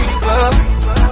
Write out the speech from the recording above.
people